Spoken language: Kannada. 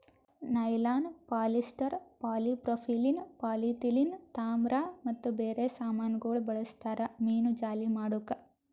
ನೈಲಾನ್, ಪಾಲಿಸ್ಟರ್, ಪಾಲಿಪ್ರೋಪಿಲೀನ್, ಪಾಲಿಥಿಲೀನ್, ತಾಮ್ರ ಮತ್ತ ಬೇರೆ ಸಾಮಾನಗೊಳ್ ಬಳ್ಸತಾರ್ ಮೀನುಜಾಲಿ ಮಾಡುಕ್